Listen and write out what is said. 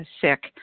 sick